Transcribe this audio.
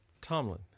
tomlin